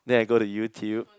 then I go to YouTube